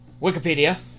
Wikipedia